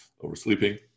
oversleeping